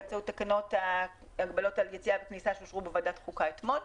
באמצעות תקנות הגבלות על יציאה וכניסה שאושרו בוועדת חוקה אתמול.